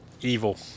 evil